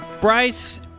Bryce